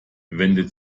wendet